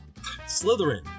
Slytherin